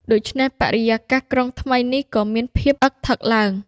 ដូច្នេះ បរិយាកាសក្រុងថ្មីនេះ ក៏មានភាពឣ៊ឹកធឹកឡើង ។